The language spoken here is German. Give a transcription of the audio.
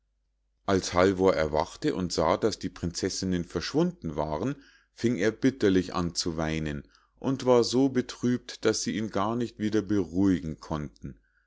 als halvor erwachte und sah daß die prinzessinnen verschwunden waren fing er bitterlich an zu weinen und war so betrübt daß sie ihn gar nicht wieder beruhigen konnten